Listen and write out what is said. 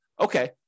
okay